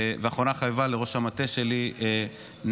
ואחרונה חביבה, לראש המטה שלי נטע,